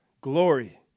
glory